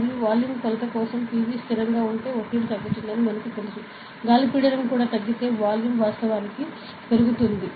మరియు వాల్యూమ్ కొలత కోసం పీవీ స్థిరంగా ఉంటే ఒత్తిడి తగ్గుతుందని మనకు తెలుసు గాలి పీడనం కూడా తగ్గితే వాల్యూమ్ వాస్తవానికి పెరుగుతుంది